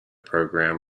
program